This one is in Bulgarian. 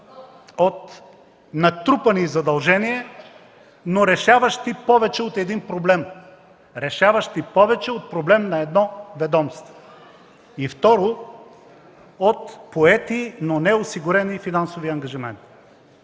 от натрупани задължения, но решаващи повече от един проблем, решаващи повече от проблем на едно ведомство. И, второ, от поети, но неосигурени финансови ангажименти.